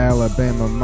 Alabama